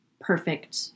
perfect